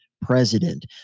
president